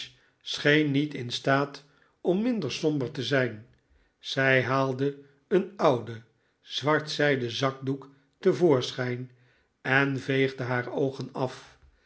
scheen niet in staat om minder somber te zijn zij haalde een ouden zwart zijden zakdoek te voorschijn en veegde haar oogen af